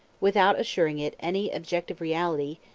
without assuring it any objective reality,